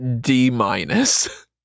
D-minus